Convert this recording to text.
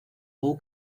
poe